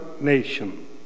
nation